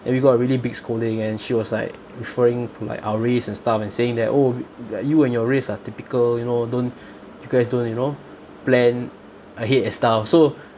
and we got a really big scolding and she was like referring to like our race and stuff and saying that oh you and your race ah typical you know don't you guys don't you know plan ahead and stuff so